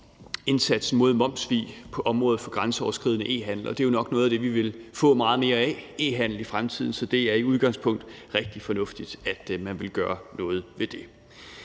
indsatsen mod momssvig på området for grænseoverskridende e-handel. E-handel er jo nok noget af det, vi vil få meget mere af i fremtiden, så det er i udgangspunktet rigtig fornuftigt, at man vil gøre noget ved det.